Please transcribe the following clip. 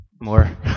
more